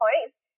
points